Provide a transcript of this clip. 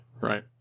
right